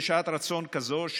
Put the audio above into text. בשעת רצון כזו,